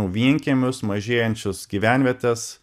vienkiemius mažėjančius gyvenvietes